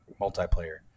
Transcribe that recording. multiplayer